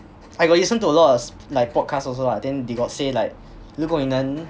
I got listen to a lot of broadcasts also lah then they got say like 如果你能